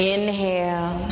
Inhale